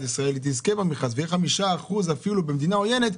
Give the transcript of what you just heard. ישראל תזכה במכרז ויהיה לה אפילו 5% במדינה עוינת,